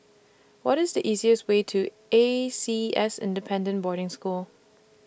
What IS The easiest Way to A C S Independent Boarding School